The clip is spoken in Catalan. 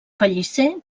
pellicer